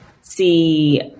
see